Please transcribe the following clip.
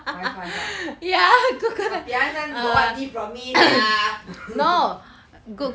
wifi ah !wahpiang! this [one] got what diff~ from me sia